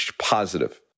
positive